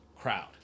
crowd